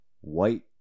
White